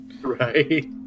Right